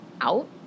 out